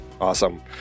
awesome